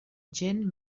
gent